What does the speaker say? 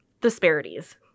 disparities